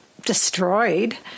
destroyed